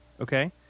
Okay